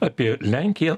apie lenkiją